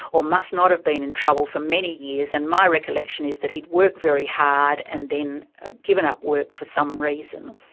or must not have been in trouble for many years, and my recollection is that he'd worked very hard and then given up work for some reason.